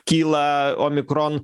kyla omikron